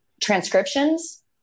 Transcriptions